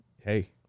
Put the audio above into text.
Hey